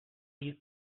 you